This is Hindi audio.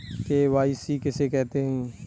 के.वाई.सी किसे कहते हैं?